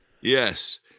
Yes